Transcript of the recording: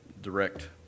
direct